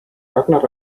ragnar